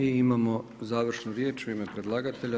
Imamo završnu riječ u ime predlagatelja.